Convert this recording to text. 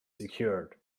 secured